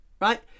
right